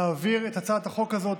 להעביר את הצעת החוק הזאת,